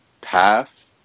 path